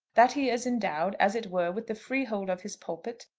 that he is endowed as it were with the freehold of his pulpit,